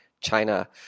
China